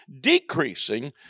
decreasing